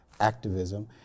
activism